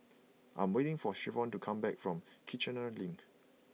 I am waiting for Jayvion to come back from Kiichener Link